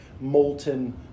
molten